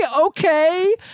okay